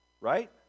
right